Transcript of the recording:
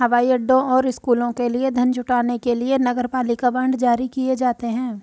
हवाई अड्डों और स्कूलों के लिए धन जुटाने के लिए नगरपालिका बांड जारी किए जाते हैं